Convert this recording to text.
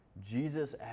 Jesus